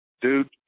dude